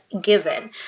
given